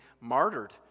martyred